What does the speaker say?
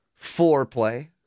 foreplay